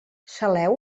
saleu